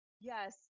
Yes